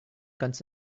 ganz